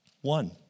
One